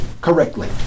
correctly